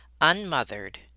Unmothered